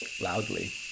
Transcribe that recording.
Loudly